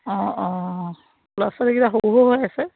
অঁ অঁ ল'ৰা ছোৱালীকেইটা সৰু সৰু হৈ আছে